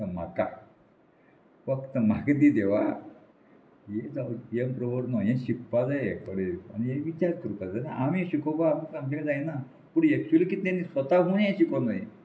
म्हाका फक्त म्हाका दी देवा हे प्रवण न्हू हें शिकपा जाय पळय आनी हें विचार करपा जाय आमी शिकोवपा आमकां सामकें जायना पूण एक्चुली कितलें न्ही स्वता म्हूण हें शिकोनाय